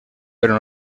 però